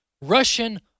Russian